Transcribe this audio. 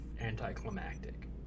anticlimactic